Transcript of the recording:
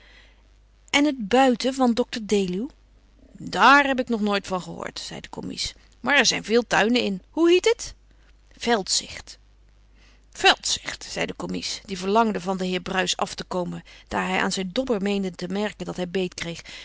en het buiten van dr deluw daar heb ik nooit van gehoord zei de commies maar er zijn veel tuinen in hoe hiet het veldzicht veldzicht zei de commies die verlangde van den heer bruis af te komen daar hij aan zijn dobber meende te merken dat hij beet kreeg